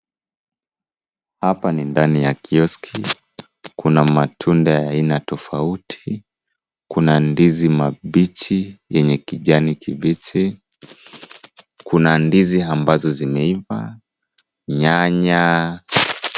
Hapa ni ndani ya kioski. Kuna matunda ya aina tofauti. Kuna ndizi mabichi yenye kijani kibichi. Kuna ndizi ambazo zimeiva, nyanya.